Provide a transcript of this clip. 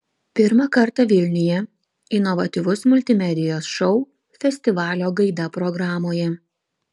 pirmą kartą vilniuje inovatyvus multimedijos šou festivalio gaida programoje